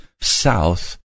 south